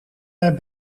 naar